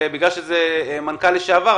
בגלל שזה המנכ"ל לשעבר,